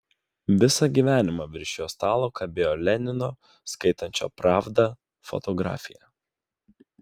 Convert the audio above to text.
visą gyvenimą virš jo stalo kabėjo lenino skaitančio pravdą fotografija